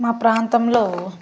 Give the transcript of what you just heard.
మా ప్రాంతంలో